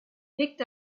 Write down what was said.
picked